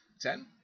Ten